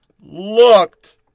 looked